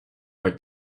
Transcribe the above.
are